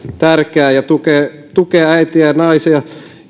tärkeää tukee äitiä ja naisia